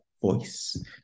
voice